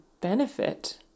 benefit